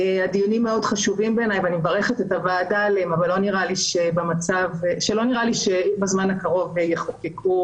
הדיונים חשובים ואני מברכת עליהם אבל לא נראה לי שבזמן הקרוב יחוקקו